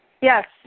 Yes